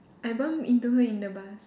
I bumped into her in the bus